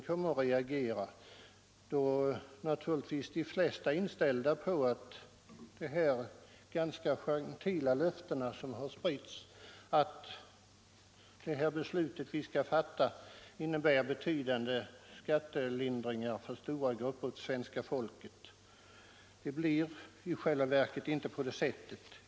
De flesta har naturligtvis tagit fasta på de ganska gentila löftena som spritts ut om att det beslut vi nu skall fatta innebär betydande skattelindringar för stora grupper av svenska folket. Det blir i själva verket inte så.